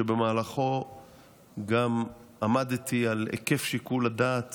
שבמהלכו גם עמדתי על היקף שיקול הדעת